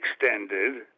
extended